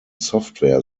software